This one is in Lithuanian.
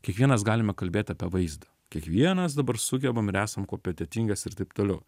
kiekvienas galime kalbėti apie vaizdą kiekvienas dabar sugebam ir esam kompetetingas ir taip toliau